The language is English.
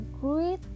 great